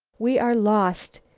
we are lost!